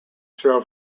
show